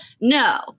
No